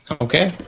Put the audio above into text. okay